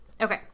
okay